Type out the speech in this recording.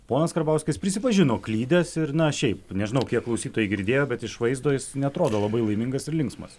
ponas karbauskis prisipažino klydęs ir na šiaip nežinau kiek klausytojai girdėjo bet iš vaizdo jis neatrodo labai laimingas ir linksmas